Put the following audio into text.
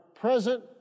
present